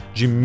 de